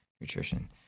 nutrition